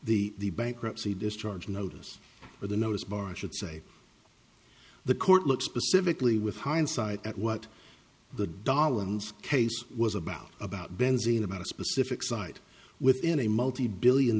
the bankruptcy discharge notice or the notice bar i should say the court look specifically with hindsight at what the dahlan scase was about about benzine about a specific site within a multi billion